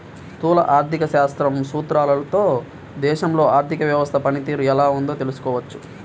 స్థూల ఆర్థిక శాస్త్రం సూత్రాలతో దేశంలో ఆర్థిక వ్యవస్థ పనితీరు ఎలా ఉందో తెలుసుకోవచ్చు